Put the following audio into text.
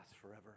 forever